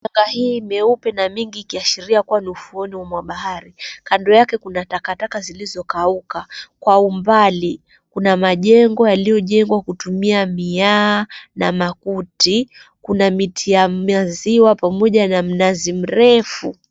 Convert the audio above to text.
Mchanga hii meupe na mingi ikiashiria kuwa ni ufuoni mwa bahari. Kando yake kuna takataka zilizokauka. Kwa umbali kuna majengo yaliyojengwa kutumia miyaa na makuti. kuna miti ya maziwa pamoja na mnazi mrefu.